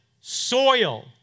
soil